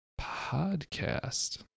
podcast